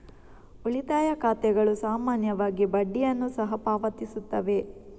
ಉಳಿತಾಯ ಖಾತೆಗಳು ಸಾಮಾನ್ಯವಾಗಿ ಬಡ್ಡಿಯನ್ನು ಸಹ ಪಾವತಿಸುತ್ತವೆ